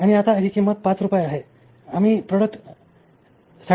आणि आता ही किंमत ५ रुपये आहे आणि आम्ही प्रॉडक्ट ७